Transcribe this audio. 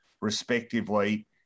respectively